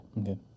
Okay